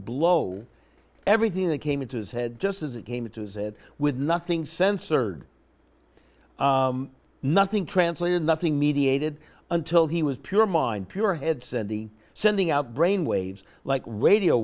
blow everything that came into his head just as it came to visit with nothing censored nothing translated nothing mediated until he was pure mind pure headset the sending out brain waves like radio